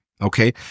okay